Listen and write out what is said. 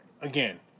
Again